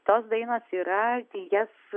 tos dainos yra ateities